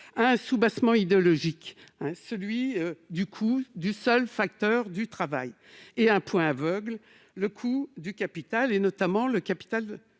un soubassement idéologique, celui du coût du seul facteur travail, et un point aveugle, celui du coût du capital, notamment du capital